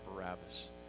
Barabbas